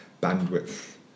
bandwidth